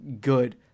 good